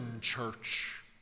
church